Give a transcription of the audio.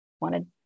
wanted